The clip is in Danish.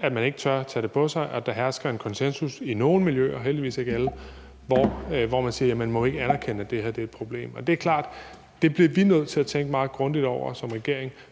at man ikke tør tage det på sig, at der i nogle miljøer, heldigvis ikke i alle, hersker en konsensus, hvor man siger, at man ikke må anerkende, at det her er et problem. Og det er det klart at vi som regering bliver nødt til at tænke meget grundigt over,